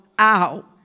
ow